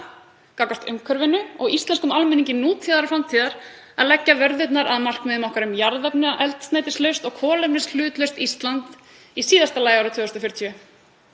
gagnvart umhverfinu og íslenskum almenningi nútíðar og framtíðar að leggja vörðurnar að markmiðum okkar um jarðefnaeldsneytislaust og kolefnishlutlaust Ísland í síðasta lagi árið 2040.